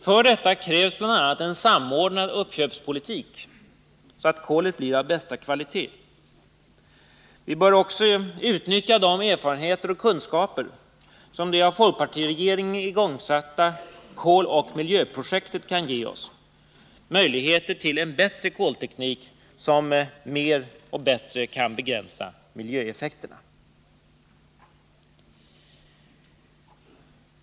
För det krävs bl.a. en samordnad uppköpspolitik, så att kolet blir av bästa kvalitet. Vi bör också utnyttja de erfarenheter och kunskaper som det av folkpartiregeringen igångsatta koloch miljöprojektet kan ge oss — möjligheter till bättre kolteknik som mer och bättre kan begränsa miljöeffekterna.